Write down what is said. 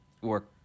work